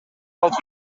алып